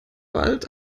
bald